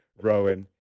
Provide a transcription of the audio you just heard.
Rowan